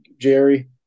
Jerry